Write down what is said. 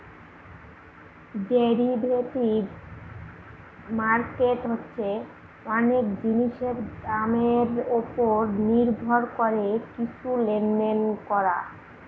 derivative market হচ্ছে অনেক জিনিসের দামের ওপর নির্ভর করে কিছু লেনদেন করা